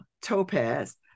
Topaz